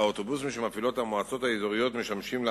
באוטובוסים בני פחות מעשר שנים,